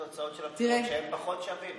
שהם פחות שווים